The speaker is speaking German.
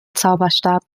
zauberstab